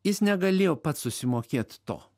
jis negalėjo pats susimokėt to